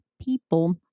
people